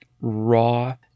raw